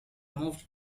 moved